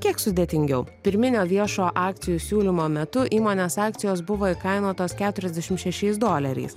kiek sudėtingiau pirminio viešo akcijų siūlymo metu įmonės akcijos buvo įkainotos keturiasdešim šešiais doleriais